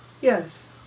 Yes